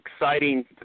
exciting